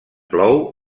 plou